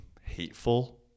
hateful